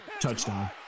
Touchdown